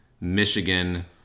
Michigan